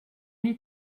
need